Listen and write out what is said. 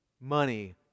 money